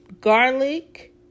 garlic